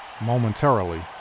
momentarily